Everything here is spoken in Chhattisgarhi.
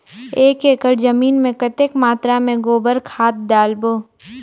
एक एकड़ जमीन मे कतेक मात्रा मे गोबर खाद डालबो?